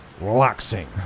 relaxing